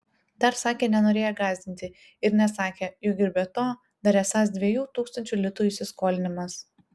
dar sakė nenorėję gąsdinti ir nesakę jog ir be to dar esąs dviejų tūkstančių litų įsiskolinimas